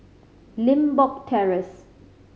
Limbok Terrace